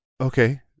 Okay